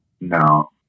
No